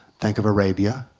think of arabia,